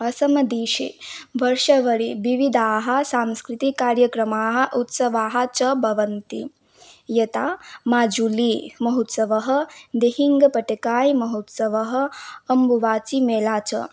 असमदेशे वर्षवरे विविधाः सांस्कृतिककार्यक्रमाः उत्सवाः च भवन्ति यथा मजुलि महोत्सवः दिहिङ्गपटकाय् महोत्सवः अम्बुवाचि मेला च